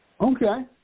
Okay